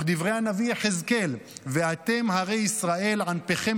וכדברי הנביא יחזקאל: "ואתם הרי ישראל ענפכם